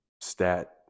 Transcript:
stat